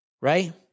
Right